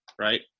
right